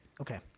Okay